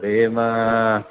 अरे मग